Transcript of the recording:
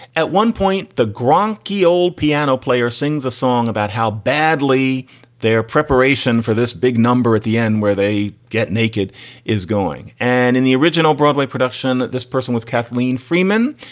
at one point, the grong key old piano player sings a song about how badly they are preparation for this big number at the end where they get naked is going. and in the original broadway production, this person was kathleen freeman,